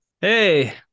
hey